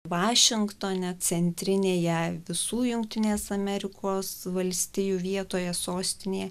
vašingtone centrinėje visų jungtinės amerikos valstijų vietoje sostinėje